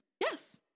yes